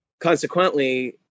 consequently